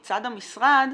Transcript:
מצד המשרד,